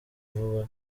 vuba